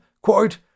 quote